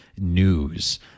news